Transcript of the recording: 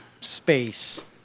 space